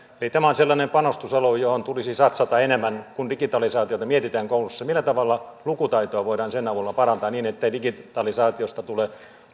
eli tämä on sellainen panostusalue johon tulisi satsata enemmän kun digitalisaatiota mietitään kouluissa millä tavalla lukutaitoa voidaan sen avulla parantaa niin ettei digitalisaatiosta tule